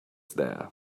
there